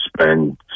spend